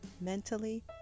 mentally